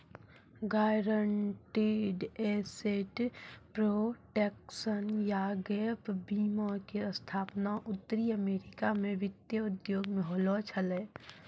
guaranteed asset protection या gap बीमा के स्थापना उत्तरी अमेरिका मे वित्तीय उद्योग मे होलो छलै